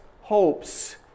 hopes